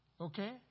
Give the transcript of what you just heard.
Okay